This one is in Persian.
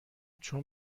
چون